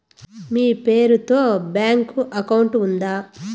మీ పేరు తో bank account ఉందా?